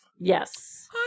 yes